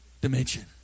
dimension